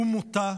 הוא מותה,